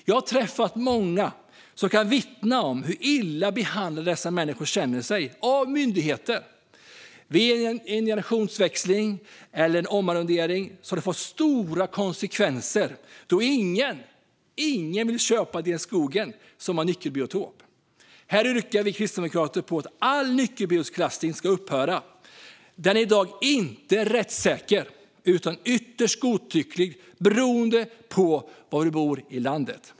Jag har träffat många som kan vittna om hur illa behandlade de känner sig av myndigheter. Vid en generationsväxling eller en omarrondering har det fått stora konsekvenser eftersom ingen vill köpa skog som har nyckelbiotop. Här yrkar vi kristdemokrater på att all nyckelbiotopsklassning ska upphöra. Den är i dag inte rättssaker utan ytterst godtycklig beroende på var man bor i landet.